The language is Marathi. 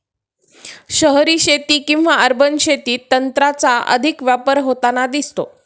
शहरी शेती किंवा अर्बन शेतीत तंत्राचा अधिक वापर होताना दिसतो